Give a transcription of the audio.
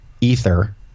Ether